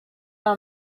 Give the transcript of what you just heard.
are